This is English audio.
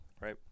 Right